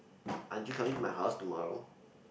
aren't you coming to my house tomorrow